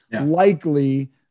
likely